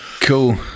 Cool